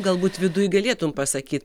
galbūt viduj galėtum pasakyt